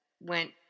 went